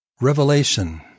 Revelation